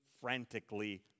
frantically